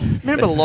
Remember